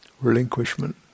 relinquishment